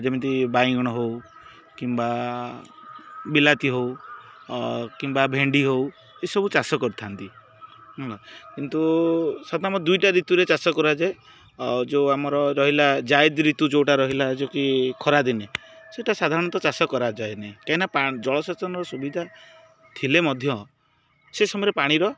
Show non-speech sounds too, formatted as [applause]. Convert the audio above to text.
ଯେମିତି ବାଇଗଣ ହଉ କିମ୍ବା ବିଲାତି ହଉ କିମ୍ବା ଭେଣ୍ଡି ହଉ ଏସବୁ ଚାଷ କରିଥାନ୍ତି [unintelligible] କିନ୍ତୁ ସାଧରଣତଃ ଦୁଇଟା ଋତୁରେ ଚାଷ କରାଯାଏ ଯେଉଁ ଆମର ରହିଲା ଜାଇଦ ଋତୁ ଯେଉଁଟା ରହିଲା ଯେଉଁ କିି ଖରାଦିନେ ସେଇଟା ସାଧାରଣତଃ ଚାଷ କରାଯାଏ ନାହିଁ କାହିଁକିନା [unintelligible] ଜଳସେଚନର ସୁବିଧା ଥିଲେ ମଧ୍ୟ ସେ ସମୟରେ ପାଣିର